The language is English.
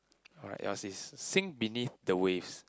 alright yours is sing beneath the waves